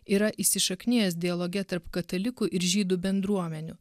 yra įsišaknijęs dialoge tarp katalikų ir žydų bendruomenių